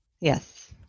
yes